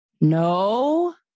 No